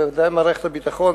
בוודאי מערכת הביטחון,